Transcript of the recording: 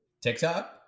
TikTok